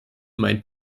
meinen